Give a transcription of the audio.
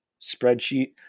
spreadsheet